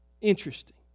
Interesting